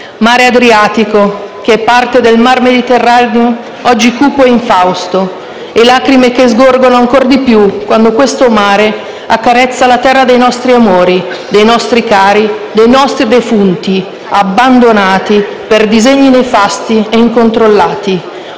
Mar Adriatico, che è parte del Mar Mediterraneo, oggi cupo e infausto. E lacrime che sgorgano ancor di più quando questo mare accarezza la terra dei nostri amori, dei nostri cari e dei nostri defunti, abbandonati per disegni nefasti e incontrollati.